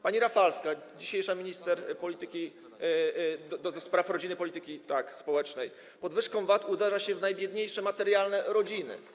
Pani Rafalska, dzisiejsza minister do spraw rodziny i polityki, tak, społecznej: podwyżką VAT uderza się w najbiedniejsze materialnie rodziny.